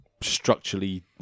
structurally